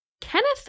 Kenneth